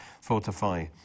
fortify